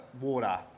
water